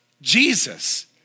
Jesus